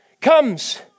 comes